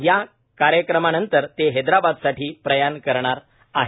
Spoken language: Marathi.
या कार्यक्रमानंतर ते हैदराबादसाठी प्रयान करणार आहेत